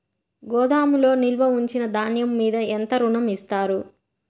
గోదాములో నిల్వ ఉంచిన ధాన్యము మీద ఎంత ఋణం ఇస్తారు?